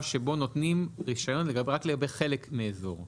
שבו נותנים רישיון רק לגבי חלק מאזור.